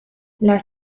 las